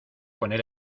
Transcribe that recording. poner